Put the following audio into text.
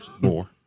more